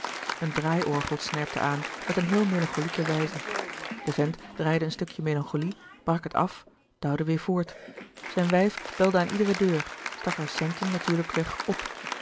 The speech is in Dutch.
een draaiorgel snerpte aan met een heel melancholieke wijze de vent draaide een stukje louis couperus de boeken der kleine zielen melancholie brak het af douwde weêr voort zijn wijf belde aan iedere deur stak haar centen natuurlijkweg op